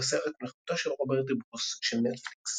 ובסרט "מלחמתו של רוברט דה ברוס" של נטפליקס.